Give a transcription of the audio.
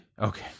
Okay